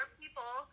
people